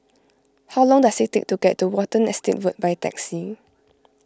how long does it take to get to Watten Estate Road by taxi